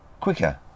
quicker